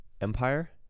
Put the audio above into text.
empire